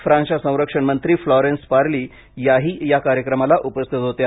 फ्रान्सच्या संरक्षण मंत्री फ्लॉरेन्स पार्ली याही या कार्यक्रमाला उपस्थित होत्या